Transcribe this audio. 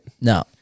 No